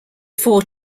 four